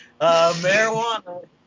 Marijuana